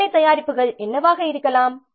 வேலை தயாரிப்புகள் என்னவாக இருக்கலாம்